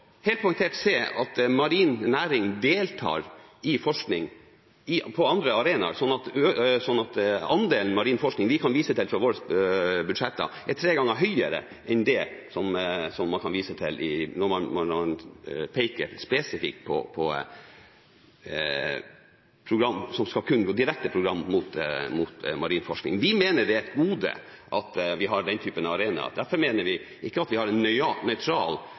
helt poengtert se at marin næring deltar i forskning på andre arenaer, så andelen marin forskning vi kan vise til fra våre budsjetter, er tre ganger høyere enn det som man kan vise til når det spesifikt gjelder program direkte rettet mot marin forskning. Vi mener det er et gode at vi har den typen arena. Derfor mener vi at vi ikke har en